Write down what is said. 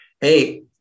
Hey